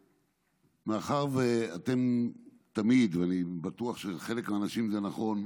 מאחר שאתם תמיד, ואני בטוח שלחלק מהאנשים זה נכון,